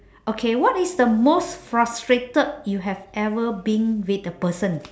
okay what is the most frustrated you have ever been with a person